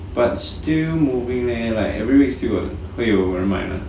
but still moving leh like every week still got 会有人买的